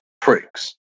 pricks